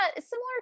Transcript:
similar